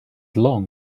long